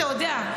אתה יודע,